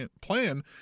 plan